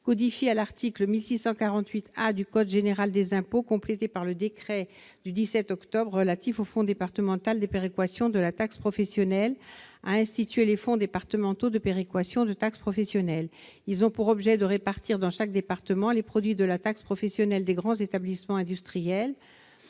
codifié à l'article 1648 A du code général des impôts, complété par le décret du 17 octobre 1988 relatif aux fonds départementaux de péréquation de la taxe professionnelle, a institué les fonds départementaux de péréquation de la taxe professionnelle. Ces fonds ont pour objet de répartir dans chaque département les produits de la taxe professionnelle des grands établissements industriels